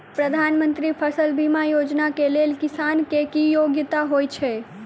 प्रधानमंत्री फसल बीमा योजना केँ लेल किसान केँ की योग्यता होइत छै?